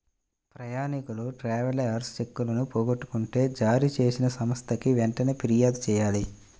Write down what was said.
ప్రయాణీకులు ట్రావెలర్స్ చెక్కులను పోగొట్టుకుంటే జారీచేసిన సంస్థకి వెంటనే పిర్యాదు చెయ్యాలి